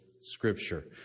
Scripture